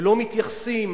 ולא מתייחסים